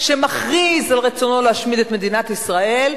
שמכריז על רצונו להשמיד את מדינת ישראל,